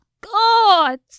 God